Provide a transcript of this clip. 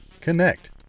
Connect